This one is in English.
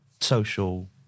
social